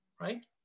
Right